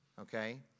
Okay